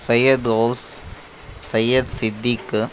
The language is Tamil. சையதோஸ் சையது சித்திக்